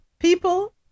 People